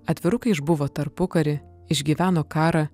atvirukai išbuvo tarpukarį išgyveno karą